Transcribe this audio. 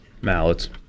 Mallets